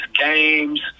games